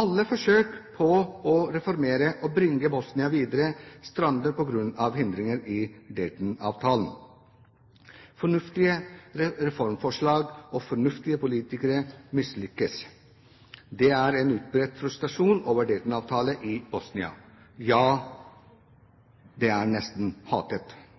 Alle forsøk på å reformere og bringe Bosnia videre strander på grunn av hindringer i Dayton-avtalen. Fornuftige reformforslag og fornuftige politikere mislykkes. Det er en utbredt frustrasjon over Dayton-avtalen i Bosnia. Ja, den er nesten